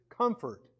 comfort